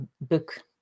book